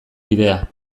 bidea